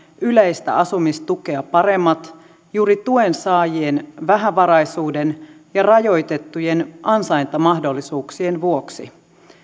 yleistä asumistukea paremmat juuri tuensaajien vähävaraisuuden ja rajoitettujen ansaintamahdollisuuksien vuoksi